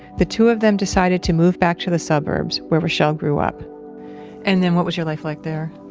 the two of them decided to move back to the suburbs, where reshell grew up and then what was your life like there?